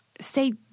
say